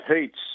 heats